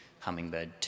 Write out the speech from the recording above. Hummingbird